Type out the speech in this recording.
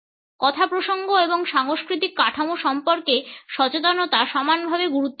কথাপ্রসঙ্গ এবং সাংস্কৃতিক কাঠামো সম্পর্কে সচেতনতা সমানভাবে গুরুত্বপূর্ণ